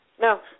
No